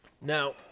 Now